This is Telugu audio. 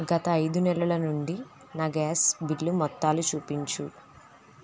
గత ఐదు నెలల నుండి నా గ్యాస్ బిల్లు మొత్తాలు చూపించు